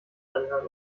anhören